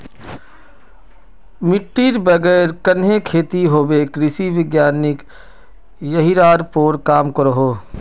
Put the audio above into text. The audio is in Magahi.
मिटटीर बगैर कन्हे खेती होबे कृषि वैज्ञानिक यहिरार पोर काम करोह